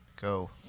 go